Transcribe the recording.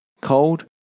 cold